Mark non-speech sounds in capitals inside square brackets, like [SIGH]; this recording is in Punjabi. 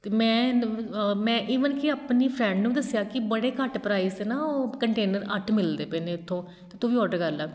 ਅਤੇ ਮੈਂ [UNINTELLIGIBLE] ਮੈਂ ਈਵਨ ਕਿ ਆਪਣੀ ਫਰੈਂਡ ਨੂੰ ਦੱਸਿਆ ਕਿ ਬੜੇ ਘੱਟ ਪ੍ਰਾਈਜ਼ 'ਤੇ ਨਾ ਉਹ ਕੰਟੇਨਰ ਅੱਠ ਮਿਲਦੇ ਪਏ ਨੇ ਉੱਥੋਂ ਅਤੇ ਤੂੰ ਵੀ ਔਡਰ ਕਰਲਾ